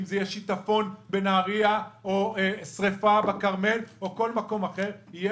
שיטפון בנהריה או שריפה בכרמל או בכל מקום אחר יהיה